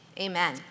amen